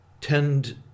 tend